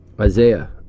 Isaiah